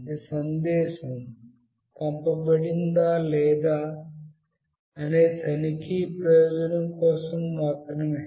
ఇది సందేశం పంపబడిందా లేదా అనే తనిఖీ ప్రయోజనం కోసం మాత్రమే